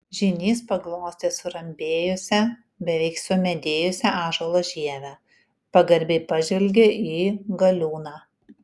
žynys paglostė surambėjusią beveik sumedėjusią ąžuolo žievę pagarbiai pažvelgė į galiūną